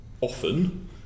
often